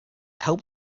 help